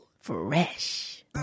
fresh